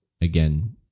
again